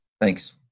Thanks